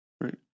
right